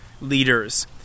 leaders